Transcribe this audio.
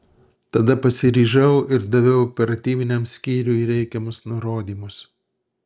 tada pasiryžau ir daviau operatyviniam skyriui reikiamus nurodymus